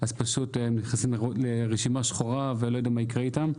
הם ייכנסו לרשימה שחורה ואני לא יודע מה יקרה איתם.